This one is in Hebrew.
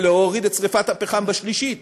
ולהוריד את שרפת הפחם בשלישית.